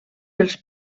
els